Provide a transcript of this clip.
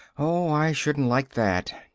oh, i shouldn't like that!